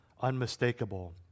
unmistakable